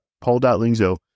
paul.lingzo